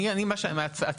(היו"ר מיכאל מרדכי ביטון,